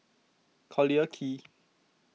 Collyer Quay